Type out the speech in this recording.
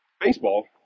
Baseball